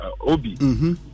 Obi